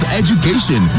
education